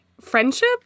friendship